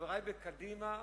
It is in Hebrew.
חברי בקדימה,